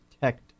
protect